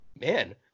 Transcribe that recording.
Man